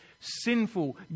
sinful